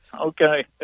Okay